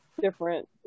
different